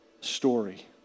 story